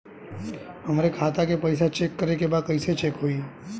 हमरे खाता के पैसा चेक करें बा कैसे चेक होई?